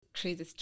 crazy